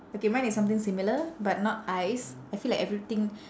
okay mine is something similar but not eyes I feel like everything